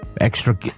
extra